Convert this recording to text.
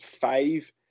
five